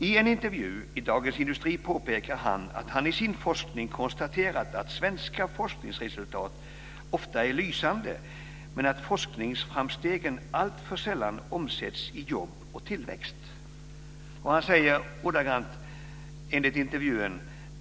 I en intervju i Dagens Industri påpekar han att han i sin forskning konstaterat att svenska forskningsresultat ofta är lysande men att forskningsframstegen alltför sällan omsätts i jobb och tillväxt.